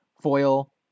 foil